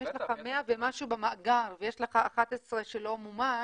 אם יש לך 100 ומשהו במאגר ויש לך 11 שלא מומש,